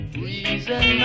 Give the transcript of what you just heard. reason